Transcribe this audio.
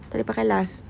tak boleh pakai last